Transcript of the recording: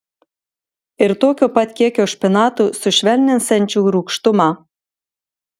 ir tokio pat kiekio špinatų sušvelninsiančių rūgštumą